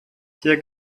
hier